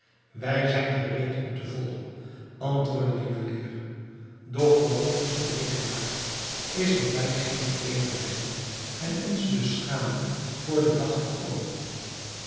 wij zijn gereed u te volgen antwoordde de juwelier doch wat ons verlegen maakt is dat wij geene kleederen hebben en ons dus schamen voor den dag te komen